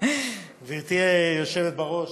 גברתי היושבת בראש,